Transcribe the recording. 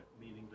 meaning